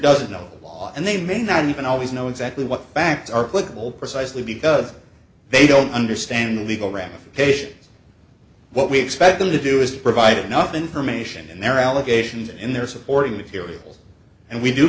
lot and they may not even always know exactly what facts are clickable precisely because they don't understand legal ramifications what we expect them to do is provide enough information and their allegations in their supporting materials and we do